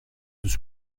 τους